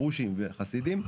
הפרושים והחסידים,